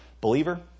Believer